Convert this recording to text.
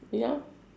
ya